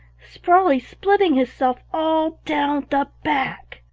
sprawley's splitting hisself all down the back.